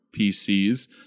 PCs